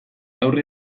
aurre